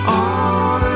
on